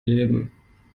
leben